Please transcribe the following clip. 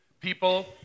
people